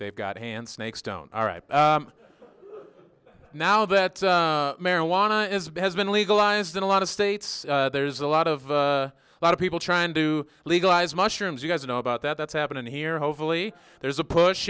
they've got hands snakes don't all right now that marijuana is has been legalized in a lot of states there's a lot of a lot of people trying to legalize mushrooms you guys know about that that's happening here hopefully there's a push